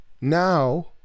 now